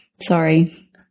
Sorry